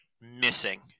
missing